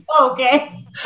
Okay